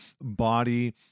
body